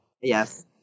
Yes